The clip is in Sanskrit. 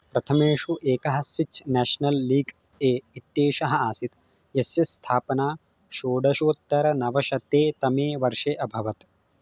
प्रथमेषु एकः स्विच् नेशनल् लीग् ए इत्येषः आसीत् यस्य स्थापना षोडशोत्तरनवशततमे वर्षे अभवत्